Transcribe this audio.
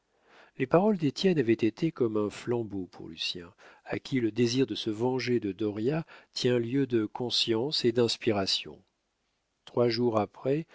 les paroles d'étienne avaient été comme un flambeau pour lucien à qui le désir de se venger de dauriat tint lieu de conscience et d'inspiration trois jours après